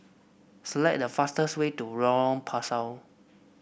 select the fastest way to Lorong Pasu